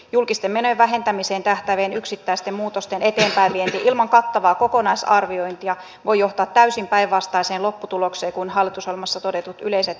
julkisten menojen vähentämiseen tähtäävien yksittäisten muutosten eteenpäinvienti ilman kattavaa kokonaisarviointia voi johtaa täysin päinvastaiseen lopputulokseen kuin hallitusohjelmassa todetut yleiset hyvinvointitavoitteet ovat